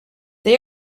they